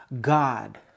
God